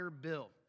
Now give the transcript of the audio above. bill